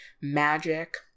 magic